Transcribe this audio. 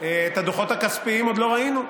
את הדוחות הכספיים עוד לא ראינו.